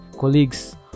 colleagues